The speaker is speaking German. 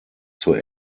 zur